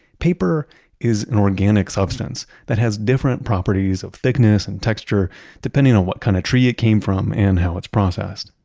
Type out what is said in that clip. paper is an organic substance that has different properties of thickness and texture depending on what kind of tree it came from and how it's processed.